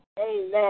Amen